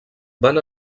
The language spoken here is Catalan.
van